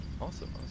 awesome